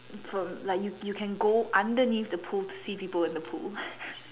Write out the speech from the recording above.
from like you you can go underneath the pool to see people in the pool